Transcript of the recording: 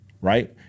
right